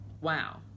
Wow